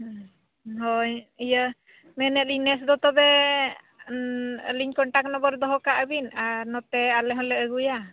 ᱦᱳᱭ ᱤᱭᱟᱹ ᱢᱮᱱᱮᱜᱼᱟ ᱞᱤᱧ ᱱᱮᱥᱫᱚ ᱛᱚᱵᱮ ᱟᱹᱞᱤᱧ ᱠᱚᱱᱴᱟᱠ ᱱᱚᱢᱵᱟᱨ ᱫᱚᱦᱚ ᱠᱟᱜ ᱵᱤᱱ ᱟᱨ ᱱᱚᱛᱮ ᱟᱞᱮ ᱦᱚᱸᱞᱨ ᱟᱹᱜᱩᱭᱟ